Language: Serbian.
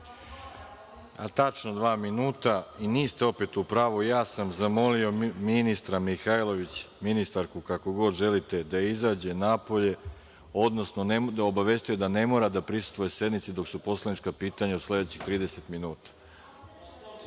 dva minuta i niste opet u pravu. Zamolio sam ministra Mihajlović, ministarku, kako god želite, da izađe napolje, odnosno obavestio je da ne mora da prisustvuje sednici dok su poslanička pitanja u sledećih 30